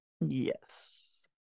Yes